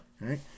right